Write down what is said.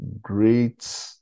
great